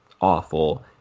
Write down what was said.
awful